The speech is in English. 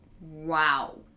wow